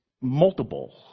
multiple